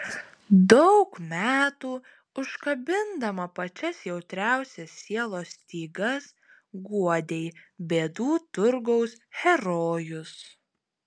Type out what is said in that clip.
daug metų užkabindama pačias jautriausias sielos stygas guodei bėdų turgaus herojus